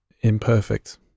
imperfect